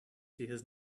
she